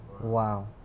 Wow